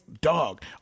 dog